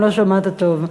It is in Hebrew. אם לא שמעת טוב.